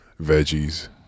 Veggies